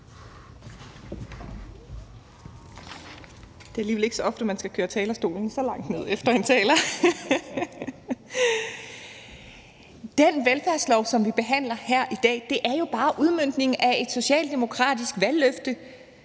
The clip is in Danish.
ikke så ofte, at man skal køre talerstolen så langt ned efter en taler! Den velfærdslov, som vi behandler her i dag, er jo bare udmøntningen af et socialdemokratisk valgløfte,